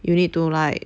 you need to like